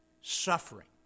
suffering